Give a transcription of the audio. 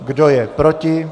Kdo je proti?